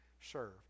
serve